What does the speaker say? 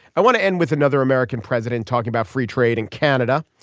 i want to end with another american president talking about free trade and canada.